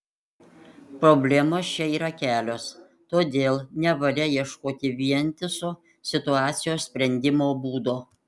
problemos čia yra kelios todėl nevalia ieškoti vientiso situacijos sprendimo būdo